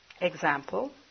example